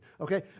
okay